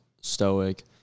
stoic